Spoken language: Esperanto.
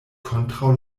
kontraŭ